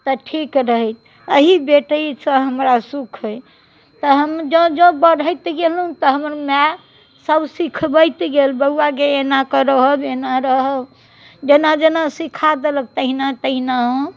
तऽ ठीक रहै एहि बेटी सॅं हमरा सुख अछि तऽ हम जँऽ जँऽ बढ़ैत गेलहुॅं तऽ हमर माय सभ सिखबैत गेल बौआ गै एना करहब एना रहब जेना जेना सिखा देलक तेहिना तेहिना हम